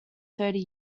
thirty